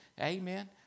amen